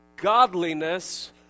godliness